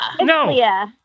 No